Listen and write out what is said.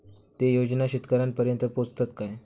ते योजना शेतकऱ्यानपर्यंत पोचतत काय?